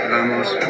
Vamos